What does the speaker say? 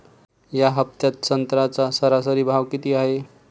या हफ्त्यात संत्र्याचा सरासरी भाव किती हाये?